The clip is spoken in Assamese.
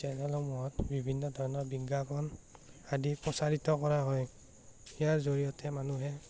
চেনেলসমূহত বিভিন্ন ধৰণৰ বিজ্ঞাপন আদি প্ৰচাৰিত কৰা হয় ইয়াৰ জৰিয়তে মানুহে